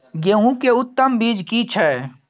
गेहूं के उत्तम बीज की छै?